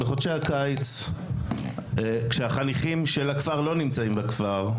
בחודשי הקיץ כשהחניכים של הכפר לא נמצאים בכפר,